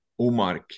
Umark